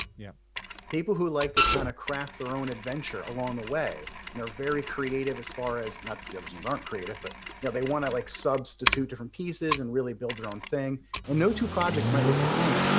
yeah people who like to kind of craft their own adventure along the way and are very creative as far as, not that the other ones aren't creative, but yeah they want to, like, substitute different pieces and really build their own thing and no two projects might look the same,